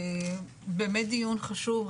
באמת דיון חשוב,